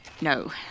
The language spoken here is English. No